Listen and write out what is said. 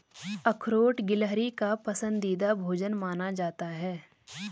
अखरोट गिलहरी का पसंदीदा भोजन माना जाता है